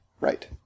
Right